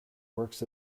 works